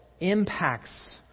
impacts